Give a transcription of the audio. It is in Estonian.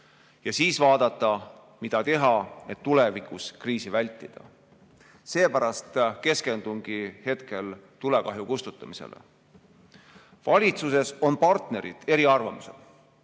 ja siis vaadata, mida teha, et tulevikus kriisi vältida. Seepärast keskendungi hetkel tulekahju kustutamisele. Valitsuses on partnerid eri arvamusel